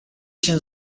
się